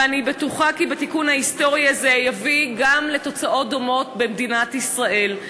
ואני בטוחה כי התיקון ההיסטורי הזה יביא לתוצאות דומות גם במדינת ישראל.